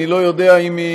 אני לא יודע אם היא